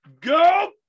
go